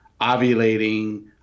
ovulating